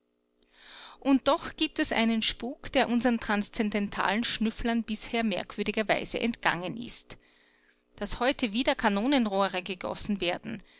und doch gibt es einen spuk der unsern transzendentalen schnüfflern bisher merkwürdigerweise entgangen ist daß heute wieder kanonenrohre gegossen werden